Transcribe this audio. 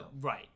right